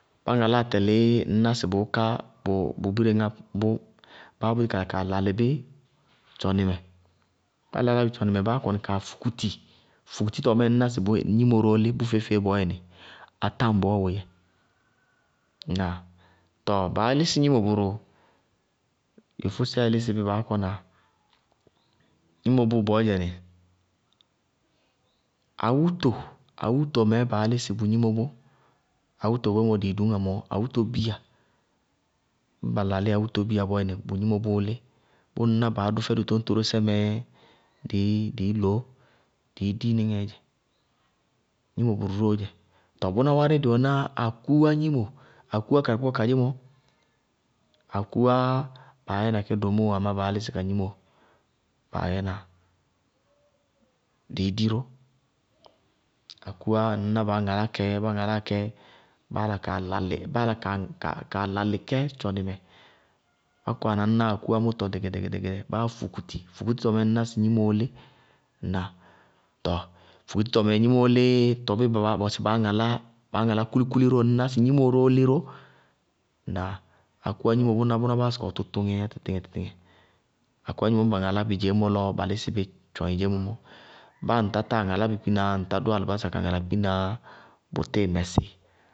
Bá ŋaláa tɛlɩ ŋñ ná sɩ bʋká bʋ bírená bʋ, báá búti kaa lalɩ bí tchɔnɩ mɛ, bá lalíyá bí tchɔnɩ mɛ, báá kɔnɩ kaa fukuti, fukutítɔ mɛɛ ŋñná sɩ gnimo róó lí, bʋ feé-feé bɔɔyɛnɩ, atáŋbɔɔɔ bʋyɛɛ. Ñnáa? Tɔɔ baá lísɩ gnimo bʋrʋ, yofósɛɛ lísɩ bí baá kɔna, gnimo bʋ bɔɔyɛnɩ, awúto, awúto mɛɛ baá lísɩ bʋ gnimo bʋ, awúto boémɔ dɩɩ duñŋá nɔɔ, awúto bíya, ñŋ ba lalí awúto bíya bɔɔyɛnɩ, ŋñná bʋ gnimo bʋʋ lí, bʋʋ ŋñná baá dʋ fɛdʋ tóñtóró sɛ mɛɛ dɩí loó dɩí dí níŋɛɛ dzɛ gnimo bʋrʋ róó dzɛ. Tɔɔ bʋná wárɩ, dɩ wɛná akúwá gnimo, akúwá karɩkpákpá kadzémɔ, akúwá baá yɛna kɛ domóo wá amá baá lísɩ ka gnimo baá yɛna dɩí dí ró. Akúwá ŋñná baá ŋalá kɛ, bá ŋaláa kɛ báá la kaa lalɩ kɛ tchɔnɩ mɛ, bá kɔwana kɛ ŋñná akúwá mʋtɔ ɖɛgɛɖɛgɛ, báá fukuti, fukutítɔ mɛɛ ŋñná sɩ gnimoó lí. Ŋnáa? Tɔɔ fukutítɔ mɛɛ sɩ gnimoó lí, tɔɔ bíɩ ba mɔsí baá ŋalá kúlikúli ró ŋñná sɩ gnimoó róó lí ró. Ŋnáa? Akúwá gnimo bʋná báásɩ ka wɛ tʋtʋŋɛɛ yá tɩtɩŋɛ-tɩtɩŋɛ. Akúwá gnimo ñŋ ba ŋalá lɔ ba lísɩ bí tchɔɩɩŋŋ dzémɔ, baá ŋtá táa ŋalá bɩ kpina ŋtá táa dʋ alɩbása ka ŋala bí kpínaá, bʋtíɩ mɩsíɩ.